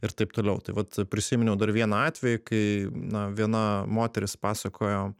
ir taip toliau tai vat prisiminiau dar vieną atvejį kai na viena moteris pasakojo